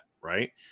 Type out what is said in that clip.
right